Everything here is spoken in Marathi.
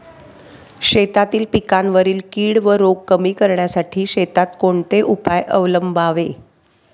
शेतातील पिकांवरील कीड व रोग कमी करण्यासाठी शेतात कोणते उपाय अवलंबावे?